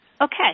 okay